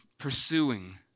pursuing